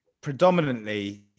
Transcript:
predominantly